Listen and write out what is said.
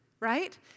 right